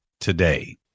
today